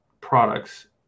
products